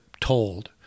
told